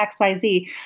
XYZ